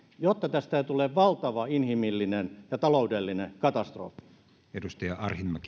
jotta tästä ei tule valtava inhimillinen ja taloudellinen katastrofi